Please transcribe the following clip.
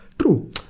True